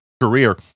career